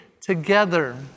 together